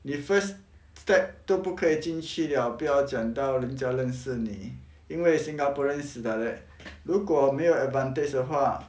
你 first step 都不可以进去 liao 不要讲到人家认识你因为 singaporean is like that 如果没有 advantage 的话